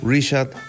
Richard